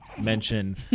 mention